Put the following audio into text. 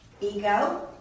Ego